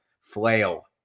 Flail